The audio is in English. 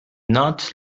not